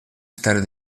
estar